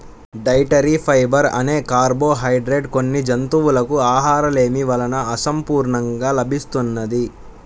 dietary fibre అనే carbohydrate కొన్ని జంతువులకు ఆహారలేమి వలన అసంపూర్ణంగా లభిస్తున్నది